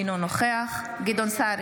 אינו נוכח גדעון סער,